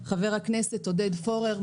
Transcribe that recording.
חבר הכנסת עודד פורר,